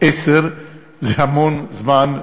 עשר זה המון זמן,